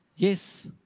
Yes